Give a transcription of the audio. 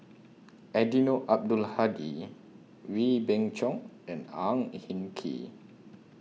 Eddino Abdul Hadi Wee Beng Chong and Ang Hin Kee